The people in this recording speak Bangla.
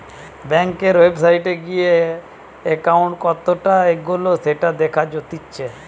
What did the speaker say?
বেংকের ওয়েবসাইটে গিয়ে একাউন্ট কতটা এগোলো সেটা দেখা জাতিচ্চে